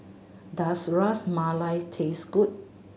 does Ras Malai taste good